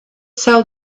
sell